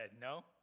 no